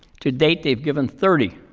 to date, they've given thirty.